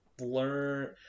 learn